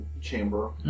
chamber